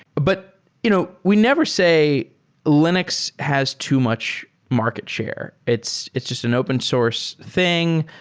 but you know we never say linux has too much market share. it's it's just an open source thing.